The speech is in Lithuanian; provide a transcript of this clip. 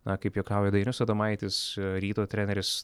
na kaip juokauja dainius adomaitis ryto treneris